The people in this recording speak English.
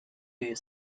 you